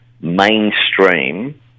mainstream